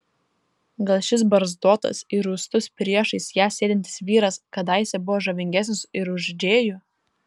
gal šis barzdotas ir rūstus priešais ją sėdintis vyras kadaise buvo žavingesnis ir už džėjų